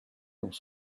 dans